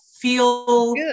feel